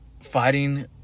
fighting